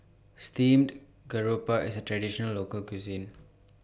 Steamed Garoupa IS A Traditional Local Cuisine